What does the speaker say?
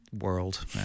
world